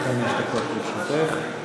עד חמש דקות לרשותך.